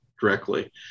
directly